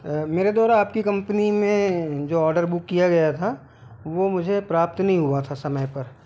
मेरे द्वारा आपकी कम्पनी में जो ओडर बुक किया गया था वो मुझे प्राप्त नहीं हुआ था समय पर